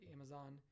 Amazon